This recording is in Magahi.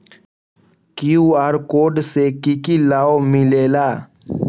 कियु.आर कोड से कि कि लाव मिलेला?